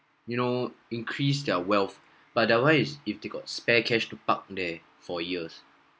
you know increase their wealth by that one is if they got spare cash to park there for years